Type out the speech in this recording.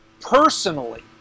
personally